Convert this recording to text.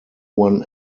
one